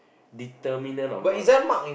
determinant of knowledge